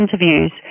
interviews